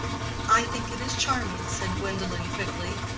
i think it is charming, said gwendolen, quickly.